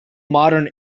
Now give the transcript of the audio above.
modern